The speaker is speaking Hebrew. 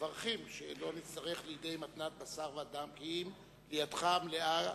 מברכים: שלא נצטרך לידי מתנת בשר ודם כי אם לידך המלאה,